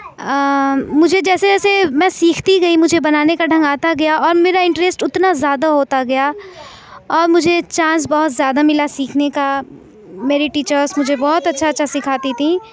مجھے جیسے جیسے میں سیکھتی گئی مجھے بنانے کا ڈھنگ آتا گیا اور میرا انٹرسٹ اتنا زیادہ ہوتا گیا اور مجھے چانس بہت زیادہ ملا سیکھنے کا میری ٹیچرس مجھے بہت اچھا اچھا سکھاتی تھیں